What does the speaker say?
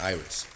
Iris